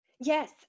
yes